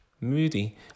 moody